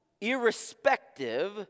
irrespective